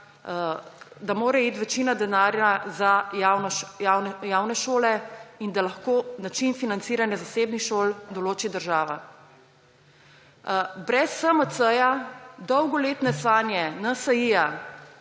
da mora iti večina denarja za javne šole in da lahko način financiranja zasebnih šol določi država. Brez SMC-ja dolgoletne sanje NSi-ja,